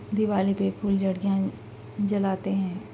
دیوالی پہ پھلجھڑیاں جَلاتے ہیں